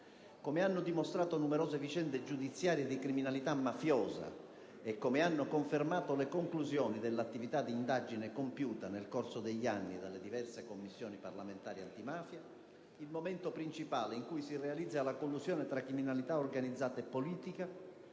Come hanno dimostrato numerose vicende giudiziarie di criminalità mafiosa e come hanno confermato le conclusioni dell'attività di indagine compiuta, nel corso degli anni, dalle diverse Commissioni parlamentari antimafia, il momento principale in cui si realizza la collusione tra criminalità organizzata e politica